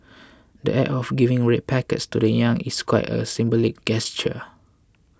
the Act of giving red packets to the young is quite a symbolic gesture